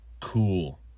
cool